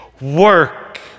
work